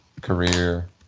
career